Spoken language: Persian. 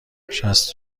شصت